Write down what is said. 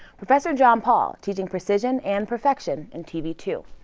professor john paul teaching precision and perfection in tv two.